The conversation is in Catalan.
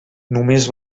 només